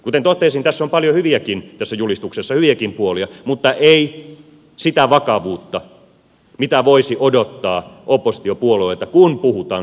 kuten totesin tässä julistuksessa on paljon hyviäkin puolia mutta ei sitä vakavuutta mitä voisi odottaa oppositiopuolueelta kun puhutaan suomen tulevaisuudesta